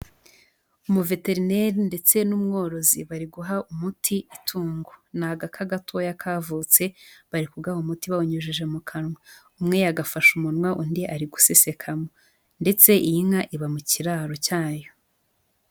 Umuveterineri ndetse n'umworozi bari guha umuti itungo. Ni agaka gatoya kavutse, bari kugaha umuti bawunyujije mu kanwa. Umwe ya agafasha umunwa, undi ari gusesekamo, ndetse iyi nka iba mu kiraro cyayo.